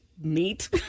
meat